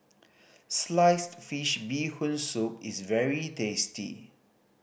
sliced fish Bee Hoon Soup is very tasty